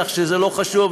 כך שזה לא חשוב.